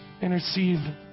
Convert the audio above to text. intercede